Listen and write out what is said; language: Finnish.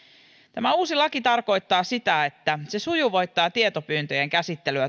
tämä uusi laki tarkoittaa sitä että se sujuvoittaa tietopyyntöjen käsittelyä